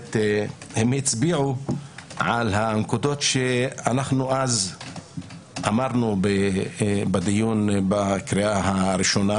הם הצביעו על הנקודות שאנו אז אמרנו בדיון בקריאה הראשונה,